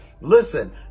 Listen